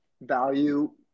value